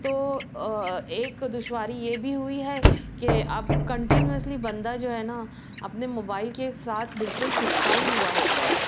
تو ایک دشواری یہ بھی ہوئی ہے کہ اب کنٹینیوسلی بندہ جو ہےنا اپنے موبائل کے ساتھ بالکل چپکا ہی ہوا ہوتا ہے